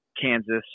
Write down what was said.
Kansas